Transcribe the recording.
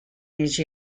these